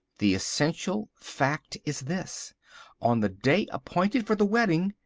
the essential fact is this on the day appointed for the wedding,